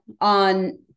on